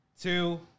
two